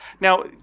Now